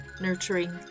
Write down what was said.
Nurturing